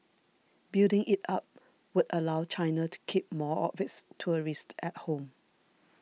building it up would allow China to keep more of its tourists at home